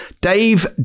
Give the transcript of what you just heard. Dave